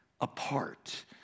apart